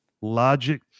Logic